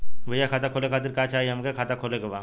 भईया खाता खोले खातिर का चाही हमके खाता खोले के बा?